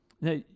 Now